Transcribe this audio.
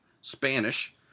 Spanish